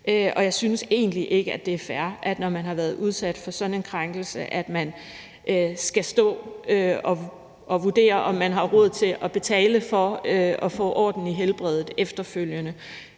og jeg synes egentlig ikke, det er fair, at man, når man har været udsat for sådan en krænkelse, skal stå og vurdere, om man har råd til at betale for at få orden i helbredet efterfølgende.